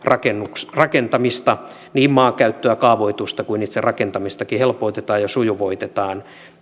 rakentamista niin maankäyttöä kaavoitusta kuin itse rakentamistakin helpotetaan ja sujuvoitetaan